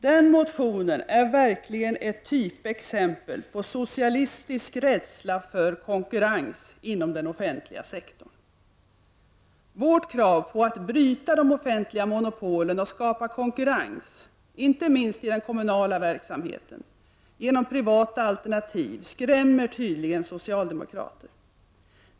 Den motionen är verkligen ett typexempel på socialistisk rädsla för konkurrens inom den offentliga sektorn. Vårt krav på att bryta de offentliga monopolen och skapa konkurrens — inte minst i den kommunala verksamheten — genom privata alternativ skrämmer tydligen er socialdemokrater.